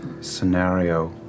scenario